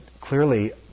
clearly